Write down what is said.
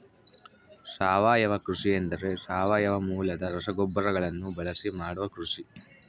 ಸಾವಯವ ಕೃಷಿ ಎಂದರೆ ಸಾವಯವ ಮೂಲದ ರಸಗೊಬ್ಬರಗಳನ್ನು ಬಳಸಿ ಮಾಡುವ ಕೃಷಿ